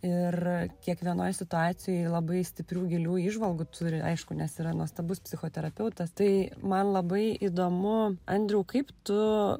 ir kiekvienoj situacijoj labai stiprių gilių įžvalgų turi aišku nes yra nuostabus psichoterapeutas tai man labai įdomu andriau kaip tu